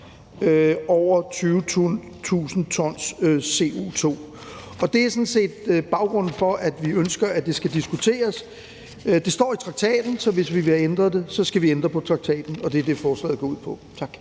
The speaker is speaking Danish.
over 20.000 t CO2, og det er sådan set baggrunden for, at vi ønsker, at det skal diskuteres. Og det står i traktaten. Så hvis vil have det ændret, skal vi ændre på traktaten, og det er det, forslaget går ud på. Tak.